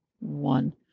one